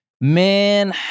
Man